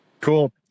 cool